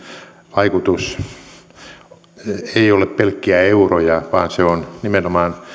vaikutus ei ole pelkkiä euroja vaan se on nimenomaan